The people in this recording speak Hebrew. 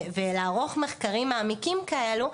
ולערוך מחקרים מעמיקים כאלו,